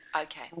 Okay